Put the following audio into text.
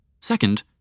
Second